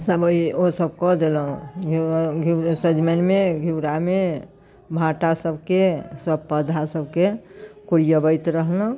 समय ओ सब कऽ देलहुँ घ्यु घ्यू सजमैनमे घेउरामे भाटासबके सब पौधा सबके कोरिअबैत रहलहुँ